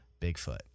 Bigfoot